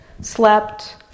slept